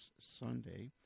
Sunday